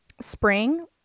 spring